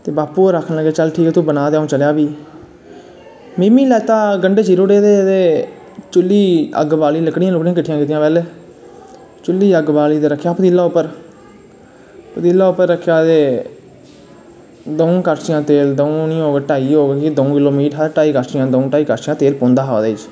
ते बापू होर आक्खन लगे ठीक ऐ तूं बना दे में चलेआ फ्ही में बी लैत्ता गंडे चीरी ओड़े दे हे ते चुल्ली अग्ग बाली लकड़ियां लुकड़ियां किट्ठियां कीतियां चुल्ली अग्ग बाली ते रक्खेआ पतीला उप्पर पतीला उप्पर रक्खेआ ते दुऊं कड़शियां तेल दऊं नी होग ते ढाई दऊं किलो तेल हा दऊं ढाई कड़शियां तेल पौंदा हा उसदे बिच्च